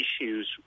issues